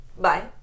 bye